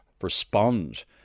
respond